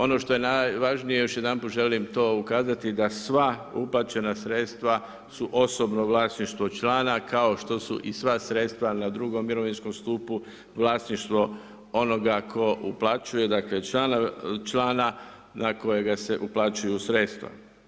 Ono što je najvažnije, još jedanput želim to ukazati, da sva uplaćena sredstva su osobno vlasništvo člana, kao što su i sva sredstva na drugom mirovinskom stupu vlasništvo onoga tko uplaćuje, dakle člana na kojega se uplaćuju sredstva.